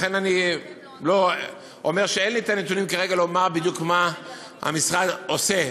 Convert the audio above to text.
לכן אני אומר שאין לי את הנתונים כרגע לומר בדיוק מה המשרד עושה,